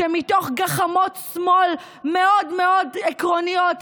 שמתוך גחמות שמאל מאוד מאוד עקרוניות,